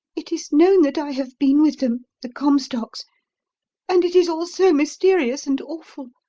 it is known that i have been with them the comstocks and it is all so mysterious and awful.